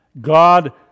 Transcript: God